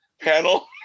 panel